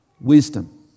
wisdom